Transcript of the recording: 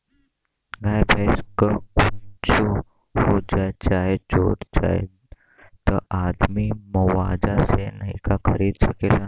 गाय भैंस क कुच्छो हो जाए चाहे चोरा जाए त आदमी मुआवजा से नइका खरीद सकेला